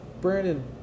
Brandon